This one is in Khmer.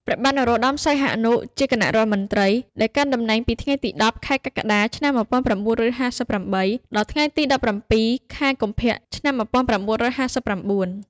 ព្រះបាទនរោត្តម សីហនុ ជាគណៈរដ្ឋមន្ត្រីដែលកាន់តំណែងពីថ្ងៃទី ១០ ខែកក្កដា ឆ្នាំ១៩៥៨ ដល់ថ្ងៃទី ១៧ ខែកុម្ភៈ ឆ្នាំ១៩៥៩។